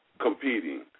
competing